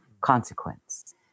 consequence